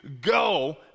go